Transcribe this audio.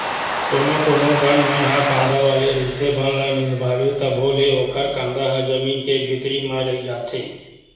कोनो कोनो बन मन ह कांदा वाला रहिथे, बन ल निंदवाबे तभो ले ओखर कांदा ह जमीन के भीतरी म रहि जाथे